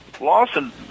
Lawson